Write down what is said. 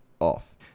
off